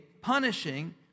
punishing